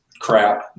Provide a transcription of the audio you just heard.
crap